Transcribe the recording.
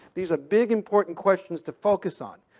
these are big, important questions to focus on.